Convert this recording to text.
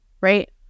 right